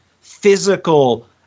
physical